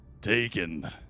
taken